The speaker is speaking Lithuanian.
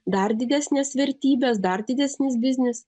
dar didesnės vertybės dar didesnis biznis